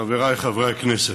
חבריי חברי הכנסת,